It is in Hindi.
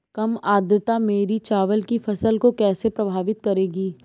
कम आर्द्रता मेरी चावल की फसल को कैसे प्रभावित करेगी?